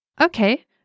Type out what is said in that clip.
Okay